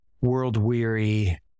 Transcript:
World-weary